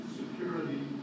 security